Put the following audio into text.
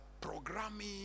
programming